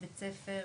בתי ספר,